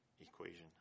equation